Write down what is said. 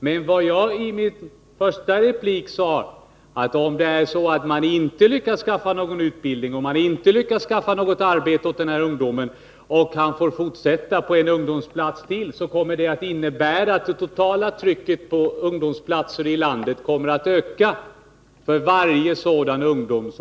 Men jag sade i min första replik att om man inte lyckas skaffa någon utbildning eller något arbete åt ungdomen i fråga, och han i stället får fortsätta på ytterligare en ungdomsplats, kommer det totala trycket på ungdomsplatserna i landet att öka med varje ungdom som får en sådan ny plats.